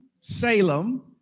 Salem